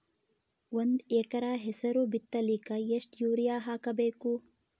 ಒಂದ್ ಎಕರ ಹೆಸರು ಬಿತ್ತಲಿಕ ಎಷ್ಟು ಯೂರಿಯ ಹಾಕಬೇಕು?